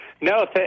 No